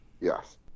Yes